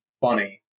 funny